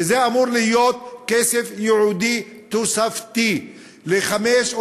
שזה אמור להיות כסף ייעודי תוספתי לחמישה